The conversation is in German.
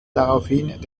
daraufhin